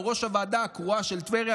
או ראש הוועדה הקרואה של טבריה,